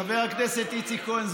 חבר הכנסת איציק כהן,